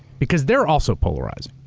because they're also polarizing.